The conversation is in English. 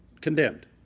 condemned